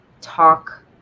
talk